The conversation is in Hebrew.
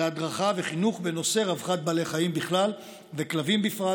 להדרכה וחינוך בנושא רווחת בעלי חיים בכלל וכלבים בפרט,